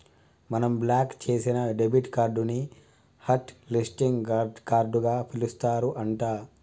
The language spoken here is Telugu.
మనం బ్లాక్ చేసిన డెబిట్ కార్డు ని హట్ లిస్టింగ్ కార్డుగా పిలుస్తారు అంట